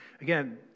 again